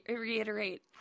reiterate